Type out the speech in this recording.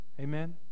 Amen